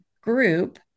group